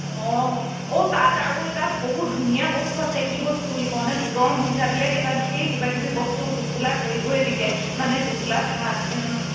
অঁ অ' তাত আৰু এটা বহুত ধুনীয়া বস্তু আছে কি বস্তু বুলি কওঁনে গোটৰ মহিলাবিলাকে তাত ধেৰ কিবা কিবি বস্তু টোপোলা কৰি কৰি বিকে মানে টোপোলা ভাত